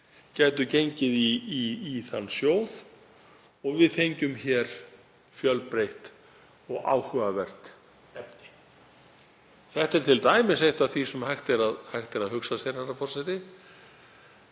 gætu gengið í þann sjóð og við fengjum hér fjölbreytt og áhugavert efni. Þetta er t.d. eitt af því sem hægt er að hugsa sér, herra forseti.